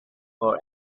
for